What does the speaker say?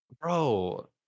Bro